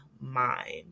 mind